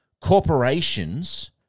Corporations